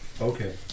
Okay